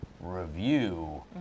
review